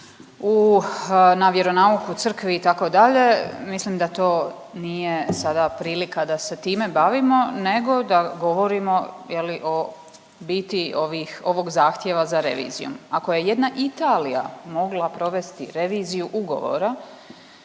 u, na vjeronauk u crkvi, itd., mislim da to nije sada prilika da se time bavimo nego da govorimo, je li, o biti ovih, ovog zahtjeva za revizijom. Ako je jedna Italija mogla provesti reviziju ugovora,